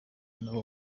nabo